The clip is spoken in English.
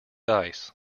ice